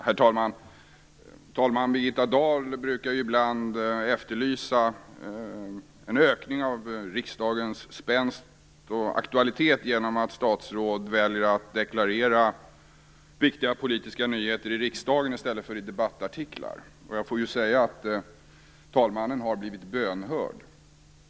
Herr talman! Talman Birgitta Dahl brukar ibland efterlysa en ökning av riksdagens spänst och aktualitet genom att statsråd väljer att deklarera viktiga politiska nyheter i riksdagen i stället för i debattartiklar. Jag får säga att talmannen har blivit bönhörd.